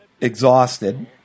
exhausted